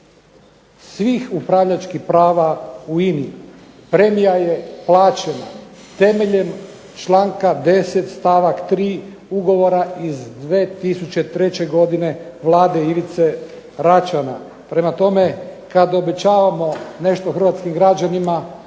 svih upravljačkih prava u INA-i. Premija je plaćena, temeljem čl. 10. stavak 3. Ugovora iz 2003. godine Vlade Ivice Račana. Prema tome, kad obećavamo nešto hrvatskim građanima